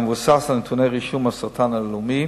המבוסס על נתוני הרישום של הסרטן הלאומי,